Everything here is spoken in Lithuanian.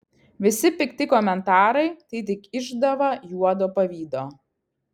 visi pikti komentarai tai tik išdava juodo pavydo